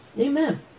Amen